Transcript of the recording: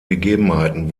gegebenheiten